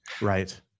right